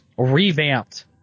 revamped